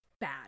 bad